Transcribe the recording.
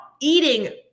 eating